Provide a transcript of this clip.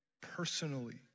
personally